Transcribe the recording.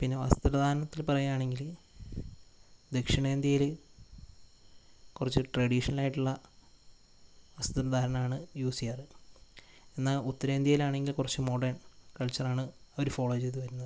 പിന്നെ വസ്ത്രധാരണത്തിൽ പറയുകയാണെങ്കിൽ ദക്ഷിണേന്ത്യയിൽ കുറച്ച് ട്രഡീഷണൽ ആയിട്ടുള്ള വസ്ത്രധാരണമാണ് യൂസ് ചെയ്യാറ് എന്നാൽ ഉത്തരേന്ത്യയിൽ ആണെങ്കിൽ കുറച്ച് മോഡേൺ കൾച്ചർ ആണ് അവർ ഫോള്ളോ ചെയ്തു വരുന്നത്